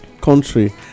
country